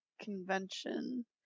convention